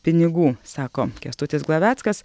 pinigų sako kęstutis glaveckas